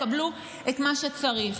יקבלו את מה שצריך.